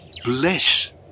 Bless